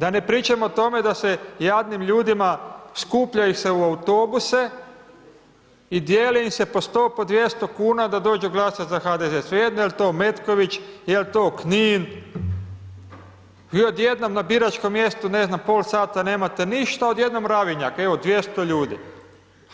Da ne pričamo o tome da se jadnim ljudima, skuplja ih se u autobuse i dijeli im se po 100,00, po 200,00 kn da dođu glasat za HDZ, svejedno jel to Metković, jel to Knin i odjednom na biračkom mjestu, ne znam, pol sata nemate ništa, odjednom mravinjak, evo 200 ljudi,